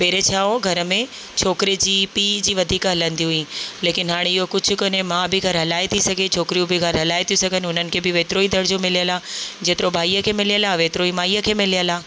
पहिरें छा हुओ घर में छोकिरे जी पीउ जी वधीक हलंदी हुई लेकिनि हाणे इहो कुझु कोने माउ बि घरु हलाए थी सघे छोकिरियूं बि घर हलाए थियूं सघनि हुननि खे बि वेतिरो ई दर्जो मिलियल आहे जेतिरो भाईअ खे मिलियल आहे वेतिरो ई माईअ खे मिलियल आहे